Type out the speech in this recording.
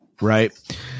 right